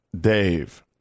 Dave